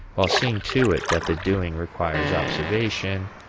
while seeing to it that the doing requires observation,